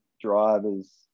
driver's